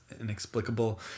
inexplicable